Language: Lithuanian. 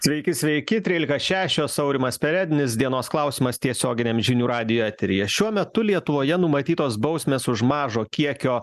sveiki sveiki trylika šešios aurimas perednis dienos klausimas tiesioginiam žinių radijo eteryje šiuo metu lietuvoje numatytos bausmės už mažo kiekio